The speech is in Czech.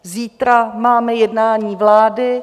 Zítra máme jednání vlády.